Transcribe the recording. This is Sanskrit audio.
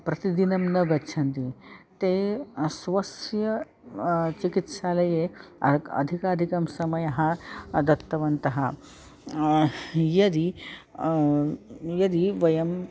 प्रतिदिनं न गच्छन्ति ते स्वस्य चिकित्सालये अक् अधिकाधिकं समयं दत्तवन्तः यदि यदि वयं